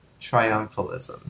triumphalism